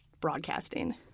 broadcasting